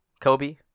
kobe